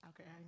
okay